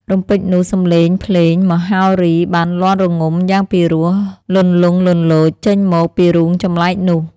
រំពេចនោះ សំលេងភ្លេង មហោរីបានលាន់រងំយ៉ាងពីរោះលន្លង់លន្លោចចេញមក ពីរូងចំលែកនោះ ។